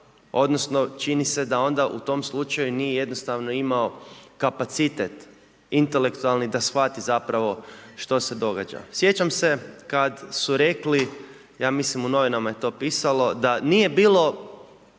odnosno čini se da onda u tom slučaju nije jednostavno imao kapacitet intelektualni da shvati zapravo što se događa. Sjećam se kad su rekli, ja mislim u novinama je to pisalo da nije bilo